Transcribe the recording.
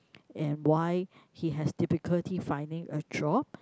and why he has difficulty finding a job